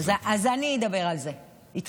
אז אני אדבר על זה איתך,